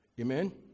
Amen